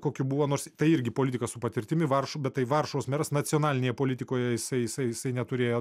kokių buvo nors tai irgi politika su patirtimi varšu bet tai varšuvos meras nacionalinėje politikoje jisai jisai jisai neturėjo